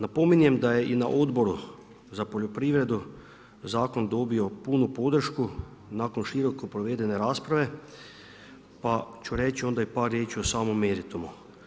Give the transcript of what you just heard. Napominjem da je i na Odboru za poljoprivredu zakon donio punu podršku nakon široko provedene rasprave pa ću reći onda i par riječi o samom meritumu.